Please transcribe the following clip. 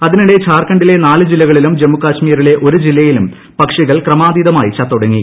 അതിനിടെ ഝാർഖണ്ഡിലെ നാല് ജില്ലകളിലും ജമ്മുകശ്മീരിലെ ഒരു ജില്ലയിലും പക്ഷികൾ ക്രമാതീതമായി ചത്തൊടുങ്ങി